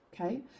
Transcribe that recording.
Okay